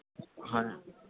ਹਾਂ